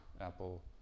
Apple